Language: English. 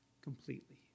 completely